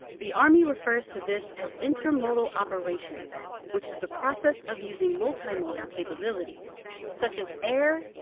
the army refers to this as intermodal operations which is the process of using multimodal capabilities such as air,